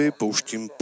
pouštím